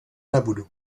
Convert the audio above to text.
nebudu